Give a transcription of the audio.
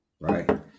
Right